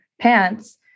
Pants